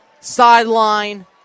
sideline